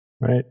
Right